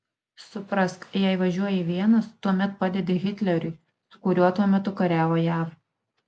suprask jei važiuoji vienas tuomet padedi hitleriui su kuriuo tuo metu kariavo jav